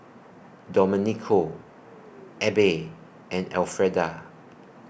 Domenico Abbey and Elfreda